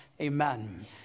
Amen